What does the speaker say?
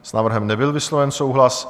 S návrhem nebyl vysloven souhlas.